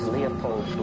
Leopold